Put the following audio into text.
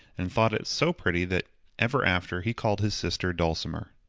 and thought it so pretty that ever after he called his sister dulcimer!